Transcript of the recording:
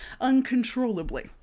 uncontrollably